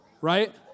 right